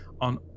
on